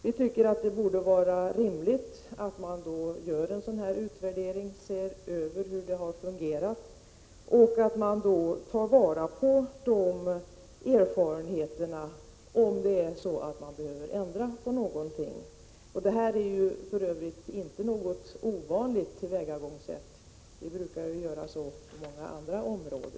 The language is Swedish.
Det är därför rimligt att göra en utvärdering för att se hur lagen har fungerat. Därvid bör erfarenheterna tas till vara om någonting behöver ändras. Detta är för övrigt inte ett ovanligt tillvägagångssätt — det är brukligt på många andra områden.